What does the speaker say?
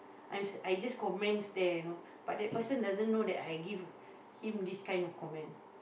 I'm I just comments there you know but that person doesn't know that I give him this kind of comment